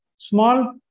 Small